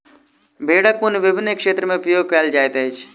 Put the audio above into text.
भेड़क ऊन विभिन्न क्षेत्र में उपयोग कयल जाइत अछि